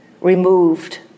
removed